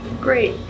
Great